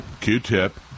Q-tip